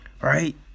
right